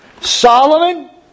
Solomon